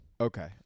Okay